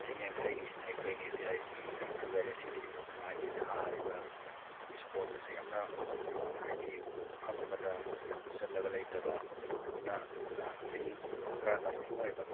ꯂꯤꯁꯤꯡ ꯌꯥꯡꯈꯩꯒꯤꯁꯤꯅ ꯑꯩꯈꯣꯏꯒꯤ ꯚꯤ ꯑꯥꯏ ꯄꯤ ꯌꯥꯝ ꯐꯖꯔꯦ ꯁꯤꯗꯤ ꯃꯥꯒꯤ ꯊꯥꯔꯤꯕ ꯏꯁꯄꯣꯟꯗꯁꯨ ꯌꯥꯝꯅ ꯊꯨꯅ ꯍꯥꯏꯗꯤ ꯐꯝꯕꯗ ꯀꯨꯠꯁꯤꯜꯂꯒ ꯂꯩꯇꯕ ꯊꯨꯅ ꯂꯥꯁꯇꯤꯡ ꯈꯔ ꯂꯥꯁꯇꯤꯡ ꯑꯣꯏꯕ